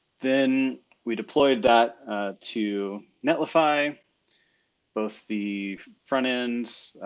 then we deployed that to notify both the front-end,